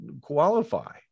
qualify